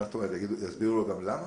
יסבירו גם למה?